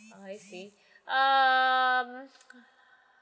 oh I see um !alah!